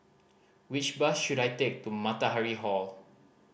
which bus should I take to Matahari Hall